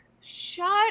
Shut